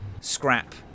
Scrap